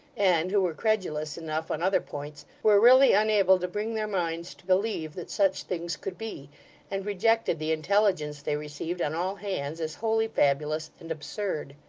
and who were credulous enough on other points, were really unable to bring their minds to believe that such things could be and rejected the intelligence they received on all hands, as wholly fabulous and absurd.